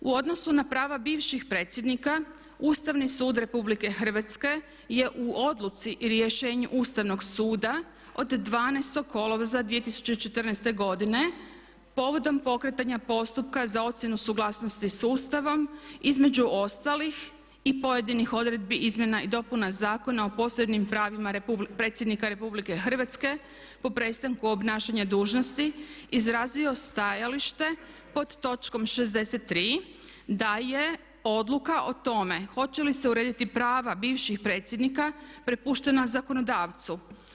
U odnosu na prava bivših predsjednika Ustavni sud Republike Hrvatske je u odluci i rješenju Ustavnog suda od 12. kolovoza 2014. godine povodom pokretanja postupka za ocjenu suglasnosti sa Ustavom između ostalih i pojedinih odredbi izmjena i dopuna Zakona o posebnim pravima predsjednika Republike Hrvatske po prestanku obnašanja dužnosti izrazio stajalište pod točkom 63. da je odluka o tome hoće li se urediti prava bivših predsjednika prepuštena zakonodavcu.